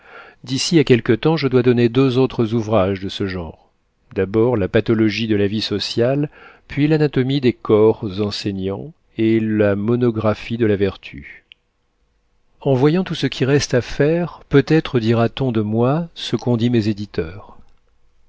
d'ici à quelque temps je dois donner deux autres ouvrages de ce genre d'abord la pathologie de la vie sociale puis l'anatomie des corps enseignants et la monographie de la vertu en voyant tout ce qui reste à faire peut-être dira-t-on de moi ce qu'ont dit mes éditeurs